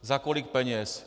Za kolik peněz?